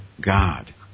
God